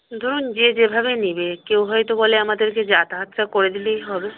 ধরুন যে যেভাবে নিবে কেউ হয়তো বলে আমাদেরকে যাতায়াতটা করে দিলেই হবে